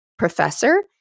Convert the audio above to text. professor